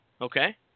Okay